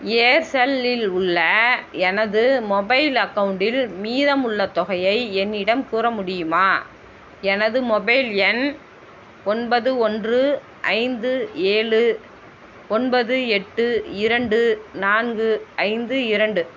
ஏர்செல்லில் உள்ள எனது மொபைல் அக்கௌண்டில் மீதம் உள்ள தொகையை என்னிடம் கூற முடியுமா எனது மொபைல் எண் ஒன்பது ஒன்று ஐந்து ஏழு ஒன்பது எட்டு இரண்டு நான்கு ஐந்து இரண்டு